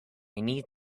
need